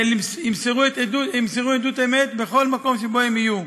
וימסרו עדות אמת בכל מקום שהם יהיו.